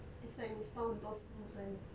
it's like 你 store 很多食物在里面